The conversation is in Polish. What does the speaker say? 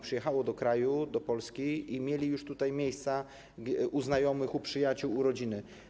Przyjechali do kraju, do Polski i mieli już tutaj miejsca u znajomych, u przyjaciół, u rodziny.